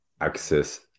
access